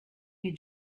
you